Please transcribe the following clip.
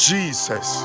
Jesus